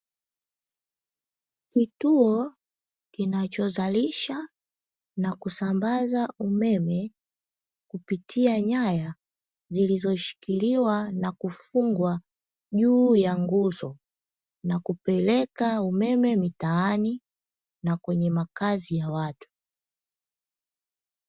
Kituo kinachozalisha na kusambaza umeme kupitia nyaya zilizoshikiliwa na kufungwa juu ya nguzo na kupeleka umeme mitaani na kwenye makazi ya watu.